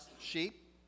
sheep